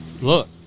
look